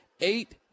eight